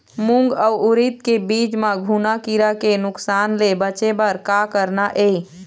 मूंग अउ उरीद के बीज म घुना किरा के नुकसान ले बचे बर का करना ये?